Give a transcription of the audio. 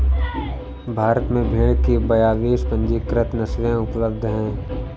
भारत में भेड़ की बयालीस पंजीकृत नस्लें उपलब्ध हैं